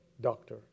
doctor